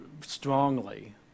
strongly